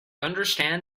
understand